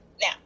Now